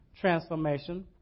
transformation